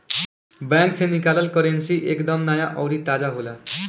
bank से निकालल currency एक दम नया अउरी ताजा होला